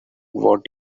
what